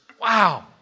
Wow